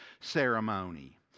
ceremony